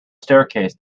staircase